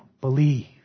believe